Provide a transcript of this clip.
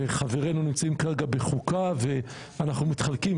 וחברינו נמצאים כרגע בחוקה ואנחנו מתחלקים,